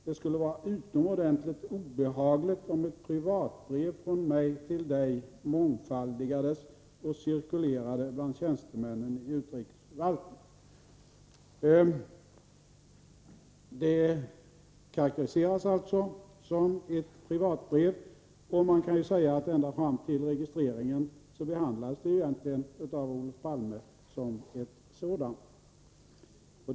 Det skulle vara utomordentligt obehagligt om ett privatbrev från mig till Dig mångfaldigades och cirkulerade bland tjänstmännen i utrikesförvaltningen Brevet karakteriserades alltså som ett privatbrev, och man kan säga att det ända fram till registreringen behandlades som ett sådant av Olof Palme.